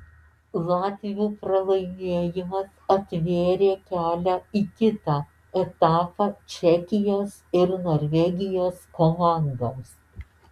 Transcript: latvių pralaimėjimas atvėrė kelią į kitą etapą čekijos ir norvegijos komandoms